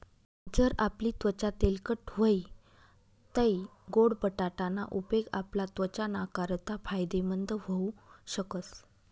जर आपली त्वचा तेलकट व्हयी तै गोड बटाटा ना उपेग आपला त्वचा नाकारता फायदेमंद व्हऊ शकस